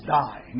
die